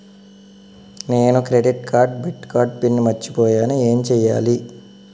నేను credit card debit card pin మర్చిపోయేను ఎం చెయ్యాలి?